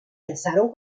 alzaron